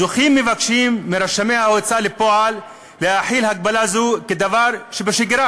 זוכים מבקשים מרשמי ההוצאה לפועל להחיל הגבלה זו כדבר שבשגרה,